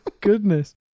goodness